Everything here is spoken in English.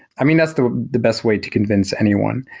i mean, that's the the best way to convince anyone.